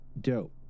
dope